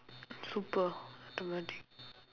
super dramatic